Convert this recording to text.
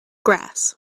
grass